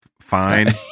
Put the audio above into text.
fine